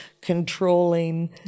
controlling